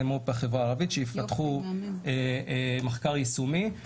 מו"פ נוספים בחברה הערבית שיפתחו מחקר יישומי.